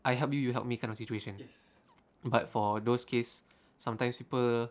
I help you help me kind of situations but for those case sometimes people